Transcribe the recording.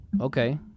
Okay